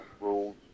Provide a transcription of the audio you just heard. rules